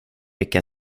vilka